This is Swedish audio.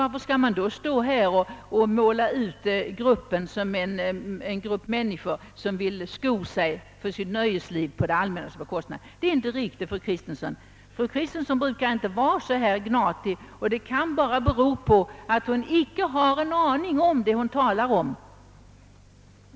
Varför skall då resande riksdagsmän utmålas som personer som vill ut i nöjesliv och sko sig på det allmännas bekostnad? Det är inte likt fru Kristensson att vara så gnatig. Att hon är det kan bara bero på att hon icke har en aning om vad hon talar om.